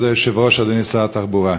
כבוד היושב-ראש, אדוני שר התחבורה,